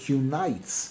unites